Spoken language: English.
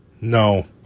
No